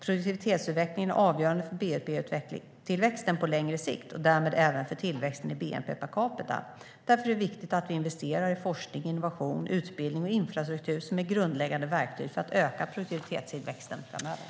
Produktivitetsutvecklingen är avgörande för bnp-tillväxten på längre sikt och därmed även för tillväxten i bnp per capita. Därför är det viktigt att vi investerar i forskning, innovation, utbildning och infrastruktur, som är grundläggande verktyg för att öka produktivitetstillväxten framöver.